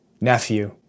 Nephew